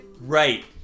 Right